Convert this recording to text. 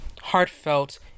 heartfelt